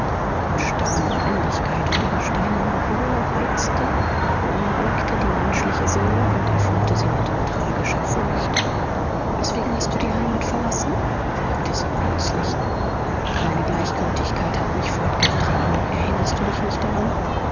und starre notwendigkeit und ihre steinerne ruhe reizte beunruhigte die menschliche seele und erfüllte sie mit tragischer furcht weswegen hast du die heimat verlassen fragte sie plötzlich deine gleichgültigkeit hatte mich fortgetrieben erinnerst du dich nicht daran